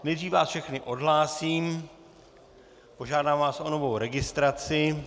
Nejdřív vás všechny odhlásím, požádám vás o novou registraci.